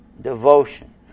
devotion